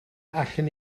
allwn